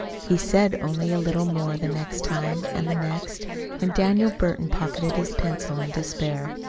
he said only a little more the next time, and the next and daniel burton pocketed his pencil in despair.